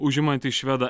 užimantį švedą